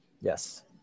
Yes